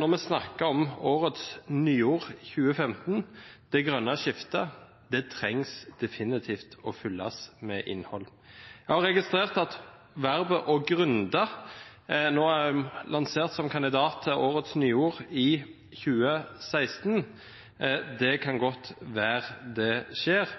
når vi snakker om årets nyord 2015 – «det grønne skiftet». Det trengs definitivt å fylles med innhold. Jeg har registrert at verbet «å gründe» er lansert som kandidat til årets nyord 2016. Det kan godt hende det skjer,